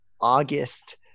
August